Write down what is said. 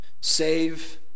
Save